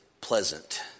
Pleasant